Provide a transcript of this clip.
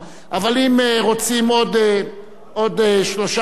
אבל אם רוצים עוד שלושה אנשים,